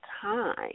time